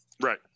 Right